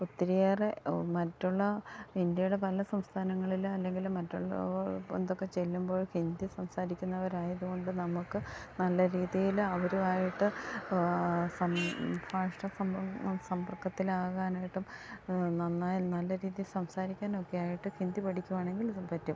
ഒത്തിരിയേറെ മറ്റുള്ള ഇന്ത്യയുടെ പല സംസ്ഥാനങ്ങളിൽ അല്ലെങ്കിൽ മറ്റുള്ള ഓ എന്തൊക്കെ ചെല്ലുമ്പോൾ ഹിന്ദി സംസാരിക്കുന്നവരായതു കൊണ്ട് നമുക്ക് നല്ല രീതിയിലവരുമായിട്ട് ഭാഷ സമ്പർക്കത്തിലാകാനായിട്ടും നന്നായി നല്ല രീതി സംസാരിക്കാനൊക്കെയായിട്ട് ഹിന്ദി പഠിക്കുകയാണെങ്കിലത് പറ്റും